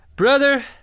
Brother